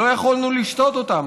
ולא יכולנו לשתות אותם.